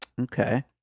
Okay